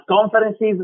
conferences